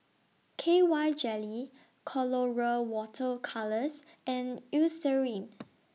K Y Jelly Colora Water Colours and Eucerin